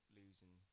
losing